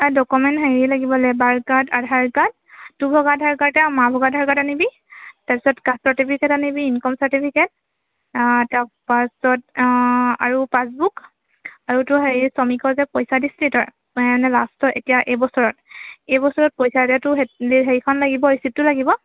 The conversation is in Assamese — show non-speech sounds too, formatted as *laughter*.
ডকুমেন্ট হেৰি লাগিব লেবাৰ কাৰ্ড আধাৰ কাৰ্ড তোৰ ভাগৰ আধাৰ কাৰ্ডে আৰু মাৰ ভাগৰ আধাৰ কাৰ্ডে আনিবি তাৰপাছত কাষ্ট চাৰ্টিফিকেট আনিবি ইনকম চাৰ্টিফিকেট তাৰপাছত পাছবুক আৰু হেৰি শ্ৰমিকৰ যে পইচা দিছিলি তই মানে লাষ্টতত এতিয়া এই বছৰত এই বছৰত পইচা দিয়া তোৰ *unintelligible* হেৰিখন ৰিচিপটো লাগিব